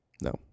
No